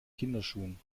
kinderschuhen